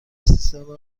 سیستم